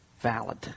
valid